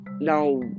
now